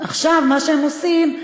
עכשיו מה שהם עושים,